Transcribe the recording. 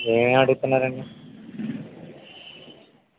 ఏమేం అడుగుతున్నారండి